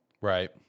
Right